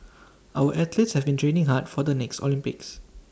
our athletes have been training hard for the next Olympics